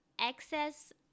excess